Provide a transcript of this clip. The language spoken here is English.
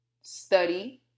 study